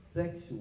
Sexual